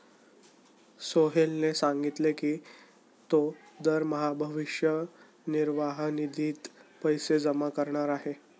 सोहेलने सांगितले की तो दरमहा भविष्य निर्वाह निधीत पैसे जमा करणार आहे